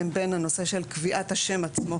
בין הנושא של קביעת השם עצמו,